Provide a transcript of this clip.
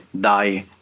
die